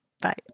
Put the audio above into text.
Bye